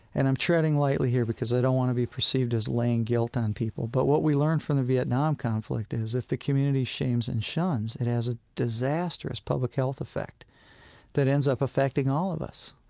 and i'm treading lightly here because i don't want to be perceived as laying guilt on people, but what we learned from the vietnam conflict is, if the community shames and shuns, it has a disastrous public health effect that ends up affecting all of us.